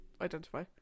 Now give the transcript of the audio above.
identify